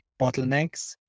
bottlenecks